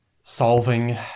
solving